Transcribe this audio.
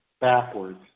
backwards